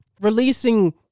releasing